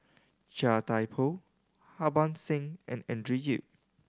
Chia Thye Poh Harban Singh and Andrew Yip